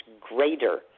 greater